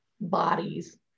bodies